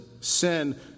sin